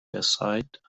aside